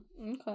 Okay